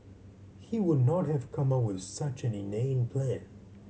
he would not have come up with such an inane plan